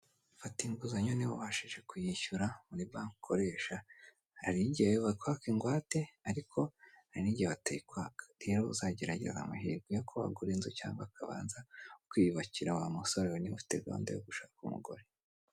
Fata inguzanyo ni ubashije kuyishyura muri banki ukoresha, hari igihe bakwaka ingwate ariko hari n'igihe batayikwaka. Rero uzagerageza amahirwe yuko wagura inzu cyangwa akabanza ukiyubakira wa musore we niba ufite gahunda yo gushaka umugore.